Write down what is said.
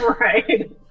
right